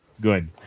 Good